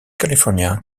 california